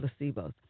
placebos